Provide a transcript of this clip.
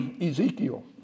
Ezekiel